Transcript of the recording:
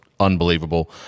unbelievable